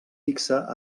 fixa